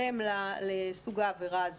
הולם לסוג העבירה הזה,